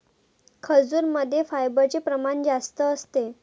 खजूरमध्ये फायबरचे प्रमाण जास्त असते